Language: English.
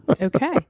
Okay